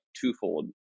twofold